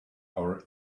our